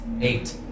Eight